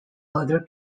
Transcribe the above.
other